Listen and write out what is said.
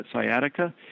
sciatica